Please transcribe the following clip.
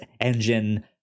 engine